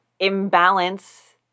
imbalance